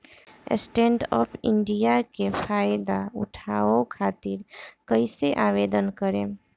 Stand up India के फाइदा उठाओ खातिर कईसे आवेदन करेम?